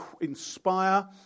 inspire